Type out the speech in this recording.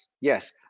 yes